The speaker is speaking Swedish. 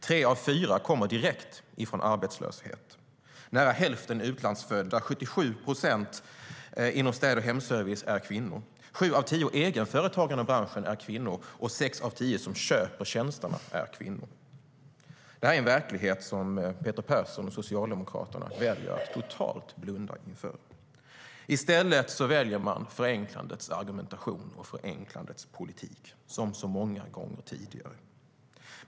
Tre av fyra kommer direkt från arbetslöshet. Nära hälften är utlandsfödda. 77 procent inom städ och hemservice är kvinnor. Sju av tio egenföretagare i branschen är kvinnor, och sex av tio som köper tjänsterna är kvinnor. Det här är en verklighet som Peter Persson och Socialdemokraterna väljer att totalt blunda för. I stället väljer man förenklandets argumentation och förenklandets politik, som så många gånger tidigare.